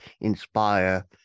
inspire